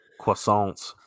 croissants